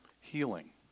Healing